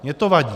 Mně to vadí.